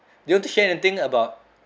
you want to share anything about